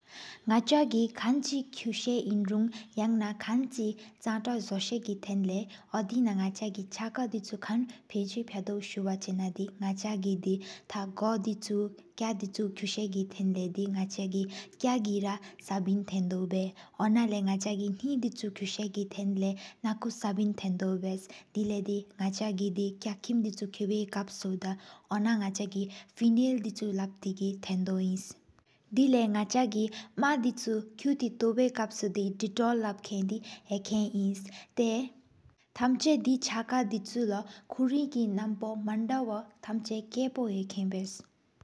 ནག་ཆག་གི་ཁེན་གཅིག་ཁུ་ས་ཨིན་རུ། ཡ་ན་ཁེན་གཅིག་འཆངས་ཏག་གཟོ་ས་གི་འཐུན་ལ། ཨོ་ཌེ་ན་ནག་ཆག་གི་ཆག་ཁ་ཆུ་ཀན་ཕེ་ཟ། ཕྱ་ཟྭ་ཆེ་ན་དི། ནག་ཆག་གི་དི་འགོ་དེ་ཆུ་ཁྱ་དེ་ཆུ་ངེ་ས་གི། ཐུན་ལ་དི་ན་ཁྲ་གི་རབ་སྦིན་ཐེན་དོ་བཞེས། དོ་ཀ་བདག་རེ་ཐེན་ཐུན་ངེ་སྦིན། ཐེདོ་བཞེས་དེ་ལ་དི་ནག་ཆག་གི། ཁ་ཁིམ་དེ་ཆུ་པའི་ཁོ་སྦུ་དི། ཨོ་ན་བྣག་ཆག་གི་ཀླུ་སྣཡི་ཐའུ་ལ་ཨིནས། དེབ་ལེ་ནག་ཆག་གི་མག་དེ་ཆུ་ངེ་ཏལ་ཐུན་ལ་ཟབ་སྦུ སུ་ཀཏ་ལབ་མག་དེ་ཨིང་ཕོ་ཨིནས། ཏ་ཐབས་ཇ་དེ་ཆག་དེ་ཆུ་ལོ། ཁོ་རིན་གི་ན་མ་པ་མ་མདོ་བོ་ཐབས་ཆ། ཀ་ཕོ་ཡེ་ཁེན་བཞེས།